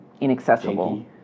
inaccessible